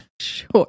Sure